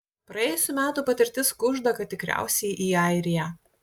praėjusių metų patirtis kužda kad tikriausiai į airiją